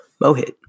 Mohit